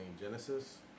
Genesis